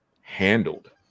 handled